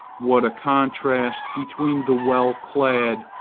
what a contrast between the well-clad,